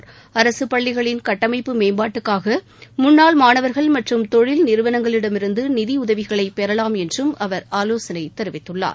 கட்டமைப்பு அரசுப்பள்ளிகளின் மேம்பாட்டுக்காகமுன்னாள் மாணவர்கள் மற்றம் தொழில் நிறுவனங்களிடமிருந்துநிதியுதவிகளைபெறலாம் என்றும் அவர் ஆலோசனைதெரிவித்துள்ளார்